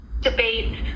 debate